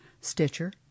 Stitcher